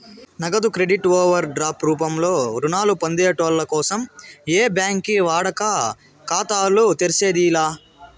నగదు credit over drop రూపంలో రుణాలు పొందేటోళ్ళ కోసం ఏ బ్యాంకి వాడుక ఖాతాలు తెర్సేది లా